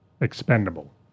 expendable